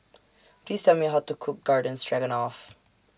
Please Tell Me How to Cook Garden Stroganoff